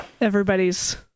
everybody's